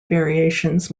variations